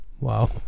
wow